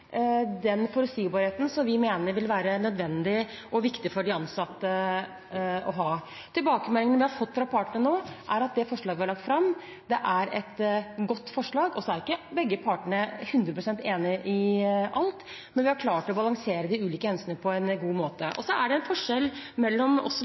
den forutsigbarheten vi mener vil være nødvendig og viktig for de ansatte å ha. Tilbakemeldingene vi har fått fra partene, er at det forslaget vi har lagt fram, er et godt forslag. Begge partene er ikke 100 pst. enige om alt, men vi har klart å balansere de ulike hensynene på en god måte. Det er også en forskjell mellom oss